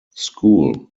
school